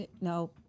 No